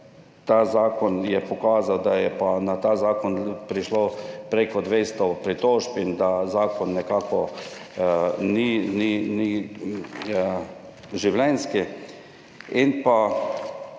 ta zakon pokazal, da je na ta zakon prišlo prek 200 pritožb in da zakon nekako ni življenjski.